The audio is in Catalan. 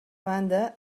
banda